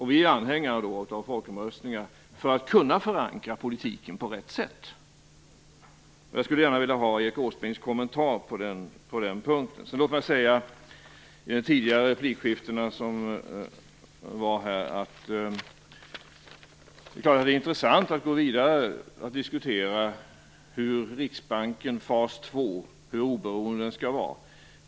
Vi är anhängare av folkomröstningar, för att politiken skall kunna förankras på rätt sätt. Jag skulle gärna vilja ha Erik Åsbrinks kommentar på den punkten. Låt mig säga något med anledning av det tidigare replikskiftet här. Det är klart att det är intressant att gå vidare och diskutera hur oberoende Riksbanken fas 2 skall vara.